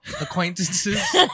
acquaintances